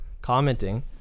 commenting